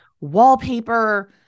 wallpaper